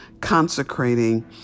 consecrating